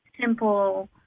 simple